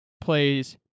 plays